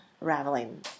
unraveling